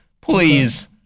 Please